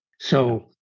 So-